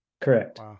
Correct